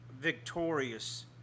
victorious